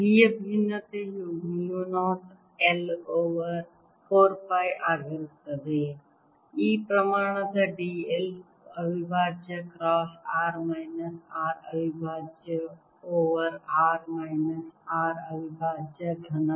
B ಯ ಭಿನ್ನತೆಯು mu 0 I over 4 pi ಆಗಿರುತ್ತದೆ ಈ ಪ್ರಮಾಣದ d l ಅವಿಭಾಜ್ಯ ಕ್ರಾಸ್ r ಮೈನಸ್ r ಅವಿಭಾಜ್ಯ ಓವರ್ r ಮೈನಸ್ r ಅವಿಭಾಜ್ಯ ಘನ